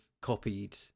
copied